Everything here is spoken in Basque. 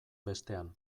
bestean